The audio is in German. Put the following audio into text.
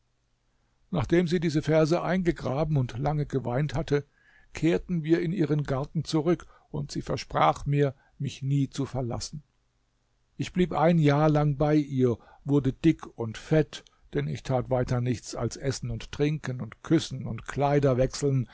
nachdem sie diese verse eingegraben und lange geweint hatte kehrten wir in ihren garten zurück und sie versprach mir mich nie zu verlassen ich blieb ein jahr lang bei ihr wurde dick und fett denn ich tat weiter nichts als essen und trinken und küssen und kleider